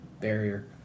barrier